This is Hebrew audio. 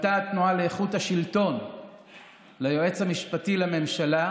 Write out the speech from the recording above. שההתמחות אצלם היא הרבה יותר אטרקטיבית מבחינת המתמחים,